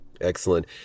Excellent